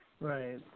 Right